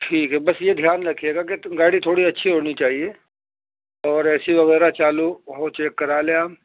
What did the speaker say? ٹھیک ہے بس یہ دھیان رکھیے گا کہ گاڑی تھوڑی اچھی ہونی چاہیے اور اے سی وغیرہ چالو ہو چیک کرا لیں آپ